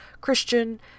Christian